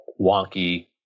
wonky